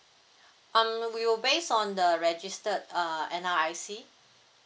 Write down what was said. on uh you based on the registered uh N_R_I_C